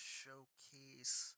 showcase